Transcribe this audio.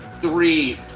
Three